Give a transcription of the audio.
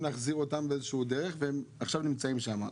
להחזיר אותם באיזו שהיא דרך והם עכשיו נמצאים שם.